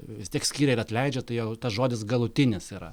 vis tiek skiria ir atleidžia tai jau tas žodis galutinis yra